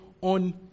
On